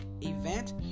event